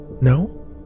-"No